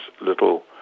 little